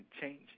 change